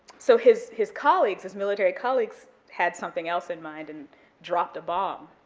so his his colleagues, his military colleagues, had something else in mind and dropped a bomb,